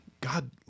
god